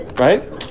Right